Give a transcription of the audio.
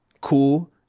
cool